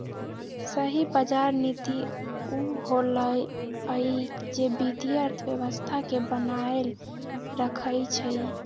सही बजार नीति उ होअलई जे वित्तीय अर्थव्यवस्था के बनाएल रखई छई